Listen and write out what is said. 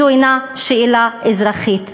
זו אינה שאלה אזרחית.